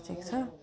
खिचेको छ